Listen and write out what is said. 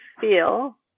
feel